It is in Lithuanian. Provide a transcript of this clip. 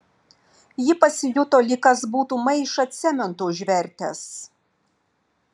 ji pasijuto lyg kas būtų maišą cemento užvertęs